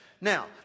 Now